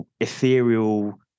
ethereal